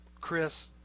Chris